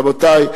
רבותי,